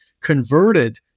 converted